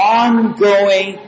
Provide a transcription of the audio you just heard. ongoing